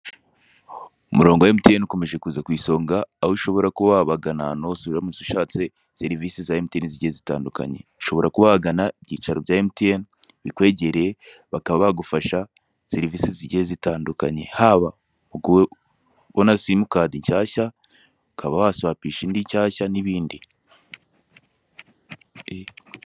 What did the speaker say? Umurongo wa emutiyene ukomeje kuza ku isonga, aho ushobora kuba wabagana ahantu hose uramutse ushatse serivise za emutiyene zigiye zitandukanye. Ushobora kuba wagana ibyicaro bya emutiyene bikwegerereye bakaba bagufasha serivise zigiye zitandukanye, haba kubona simukadi nshyashya, ukaba wasuwapisha indi nshyashya n'ibindi.